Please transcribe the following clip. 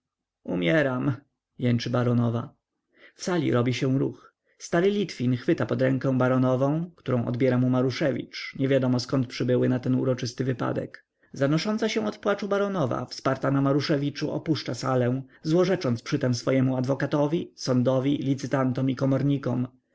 umieram jęczy baronowa w sali robi się ruch stary litwin chwyta pod rękę baronowę którą odbiera mu maruszewicz niewiadomo zkąd przybyły na ten uroczysty wypadek zanosząca się od płaczu baronowa wsparta na maruszewiczu opuszcza salę złorzecząc przytem swemu adwokatowi sądowi licytantom i